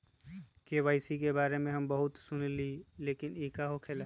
KYC के बारे में हम बहुत सुनीले लेकिन इ का होखेला?